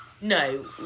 No